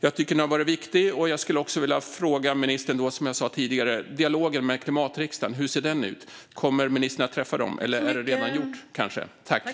Den är viktig. Jag vill som sagt också fråga ministern hur dialogen med Klimatriksdagen ser ut. Kommer ministern att träffa dem? Det har man kanske redan gjort?